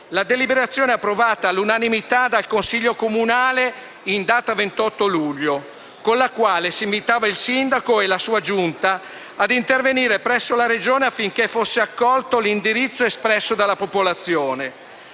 la deliberazione approvata all'unanimità dal Consiglio comunale in data 28 luglio con la quale si invitava il sindaco e la sua Giunta ad intervenire presso la Regione affinché fosse accolto l'indirizzo espresso dalla popolazione.